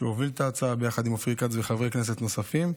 שהוביל את ההצעה ביחד עם אופיר כץ וחברי כנסת נוספים.